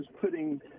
putting